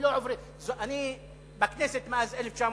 אני בכנסת מאז 1999,